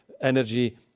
energy